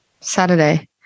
Saturday